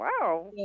wow